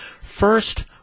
first